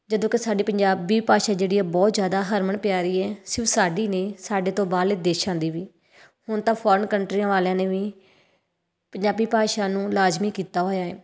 ਜਦੋਂ ਕਿ ਸਾਡੀ ਪੰਜਾਬੀ ਭਾਸ਼ਾ ਜਿਹੜੀ ਆ ਬਹੁਤ ਜਿਆਦਾ ਹਰਮਨ ਪਿਆਰੀ ਹੈ ਸਿਰਫ਼ ਸਾਡੀ ਨਹੀਂ ਸਾਡੇ ਤੋਂ ਬਾਹਰਲੇ ਦੇਸ਼ਾਂ ਦੀ ਵੀ ਹੁਣ ਤਾਂ ਫੋਰਨ ਕੰਟਰੀਆਂ ਵਾਲਿਆਂ ਨੇ ਵੀ ਪੰਜਾਬੀ ਭਾਸ਼ਾ ਨੂੰ ਲਾਜ਼ਮੀ ਕੀਤਾ ਹੋਇਆ ਹੈ